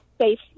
safe